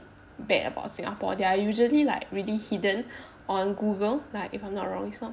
bad about singapore they are usually like really hidden on google like if I'm not wrong is not